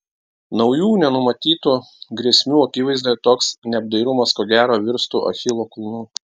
naujų nenumatytų grėsmių akivaizdoje toks neapdairumas ko gero virstų achilo kulnu